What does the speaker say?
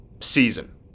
season